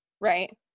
right